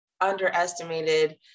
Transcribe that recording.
underestimated